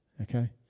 Okay